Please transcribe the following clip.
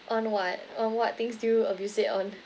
on what on what things do you abuse it on